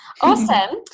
Awesome